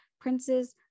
princes